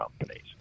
companies